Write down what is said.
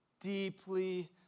deeply